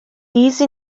these